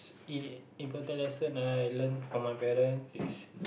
s~ i~ important lesson I learnt from my parents is